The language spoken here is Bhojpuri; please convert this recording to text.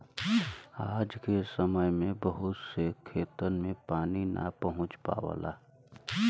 आज के समय में बहुत से खेतन में पानी ना पहुंच पावला